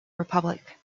republic